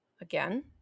again